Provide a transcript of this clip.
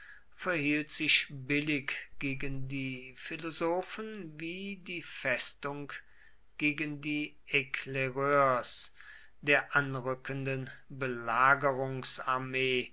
verhielt sich billig gegen die philosophen wie die festung gegen die eclaireurs der anrückenden